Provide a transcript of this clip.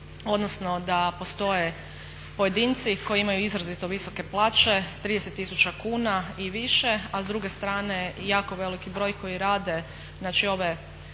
odnosno da postoje pojedinci koji imaju izrazito visoke plaće 30 tisuća kuna i više, a s druge strane jako veliki broj koji rade znače